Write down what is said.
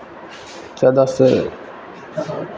जादासँ